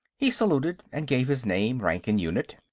he saluted and gave his name, rank and unit.